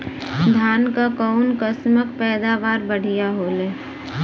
धान क कऊन कसमक पैदावार बढ़िया होले?